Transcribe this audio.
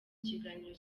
kiganiro